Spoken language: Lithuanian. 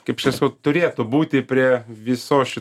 kaip čia sakau turėtų būti prie visos ši